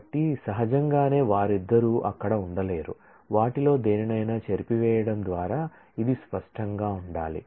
కాబట్టి సహజంగానే వారిద్దరూ అక్కడ ఉండలేరు వాటిలో దేనినైనా చెరిపివేయడం ద్వారా ఇది స్పష్టంగా ఉండాలి